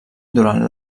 durant